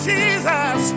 Jesus